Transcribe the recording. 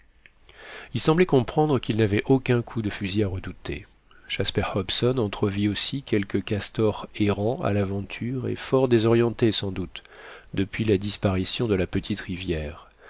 ils semblaient comprendre qu'ils n'avaient aucun coup de fusil à redouter jasper hobson entrevit aussi quelques castors errant à l'aventure et fort désorientés sans doute depuis la disparition de la petite rivière